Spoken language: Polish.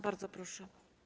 Bardzo proszę.